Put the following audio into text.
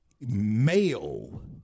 male